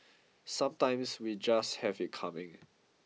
sometimes we just have it coming